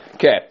Okay